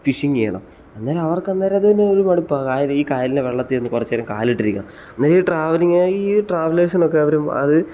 fishing ചെയ്യണം അന്നേരം അവർക്കന്നേരം അത് തന്നെ ഒരു മടുപ്പാണ് ഈ കായലിലെ വെള്ളത്തിൽ ഒന്ന് കുറച്ച് നേരം കാലിട്ടിരിക്കണം പിന്നെ ട്രാവലിങിനായി ഈ ട്രാവലേഴ്സിനോക്കെ അവർ അത്